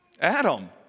Adam